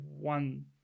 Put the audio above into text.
one